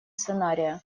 сценария